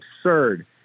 absurd